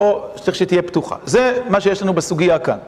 או שצריך שתהיה פתוחה. זה מה שיש לנו בסוגיה כאן.